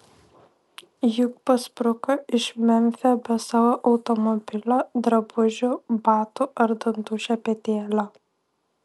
juk paspruko iš memfio be savo automobilio drabužių batų ar dantų šepetėlio